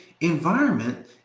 environment